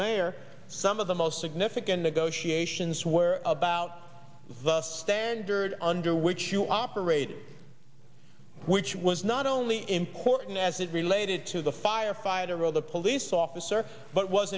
mayor some of the most significant negotiations where about the standard under which you operated which was not only important as it related to the firefighter of the police officer but w